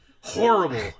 Horrible